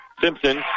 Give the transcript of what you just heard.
Simpson